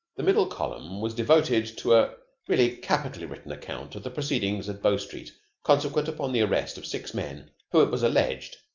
the middle column was devoted to a really capitally written account of the proceedings at bow street consequent upon the arrest of six men who, it was alleged,